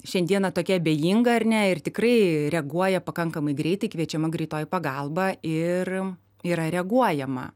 šiandieną tokia abejinga ar ne ir tikrai reaguoja pakankamai greitai kviečiama greitoji pagalba ir yra reaguojama